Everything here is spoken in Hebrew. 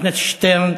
חבר הכנסת שטרן,